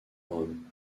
rome